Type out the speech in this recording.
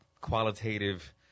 qualitative